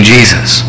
Jesus